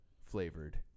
flavored